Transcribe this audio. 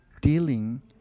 dealing